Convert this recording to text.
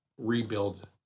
rebuild